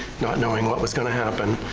not knowing what was gonna happen,